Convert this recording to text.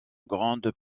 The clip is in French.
grande